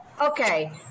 Okay